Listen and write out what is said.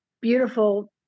beautiful